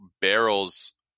barrels